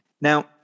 now